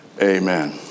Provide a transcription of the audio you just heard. Amen